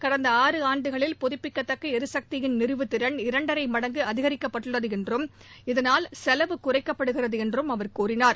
கடந்த ஆறு ஆண்டுகளில் புதப்பிக்கத்தக்க ளிசக்தியின் நிறுவு திறன் இரண்டரை மடங்கு அதிகரிக்கப்பட்டுள்ளது என்றும் இதனால் செலவு குறைக்கப்படுகிறது என்றும் அவர் கூறினார்